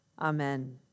Amen